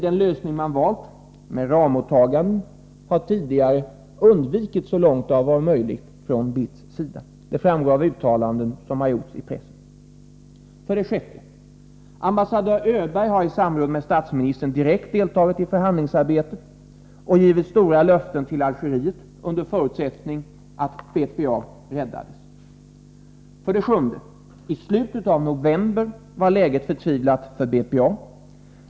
Den lösning man valt — med ramåtaganden — har tidigare, så långt det varit möjligt, undvikits från BITS sida. Det framgår av uttalanden som gjorts i pressen. 6. Ambassadör Öberg har i samråd med statsministern direkt deltagit i förhandlingsarbetet och givit Algeriet stora löften under förutsättning att BPA räddades. 7. I slutet av november var läget förtvivlat för BPA.